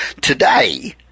Today